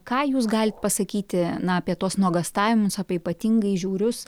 ką jūs galit pasakyti na apie tuos nuogąstavimus apie ypatingai žiaurius